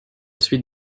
suite